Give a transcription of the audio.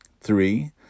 three